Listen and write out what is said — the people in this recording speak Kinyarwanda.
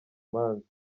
manza